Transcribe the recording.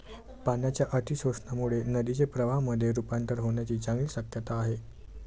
पाण्याच्या अतिशोषणामुळे नदीचे प्रवाहामध्ये रुपांतर होण्याची चांगली शक्यता आहे